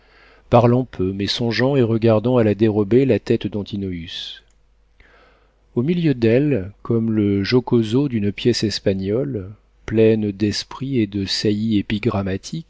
parlant peu mais songeant et regardant à la dérobée la tête d'antinoüs au milieu d'elles comme le jocoso d'une pièce espagnole pleine d'esprit et de saillies